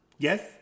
Yes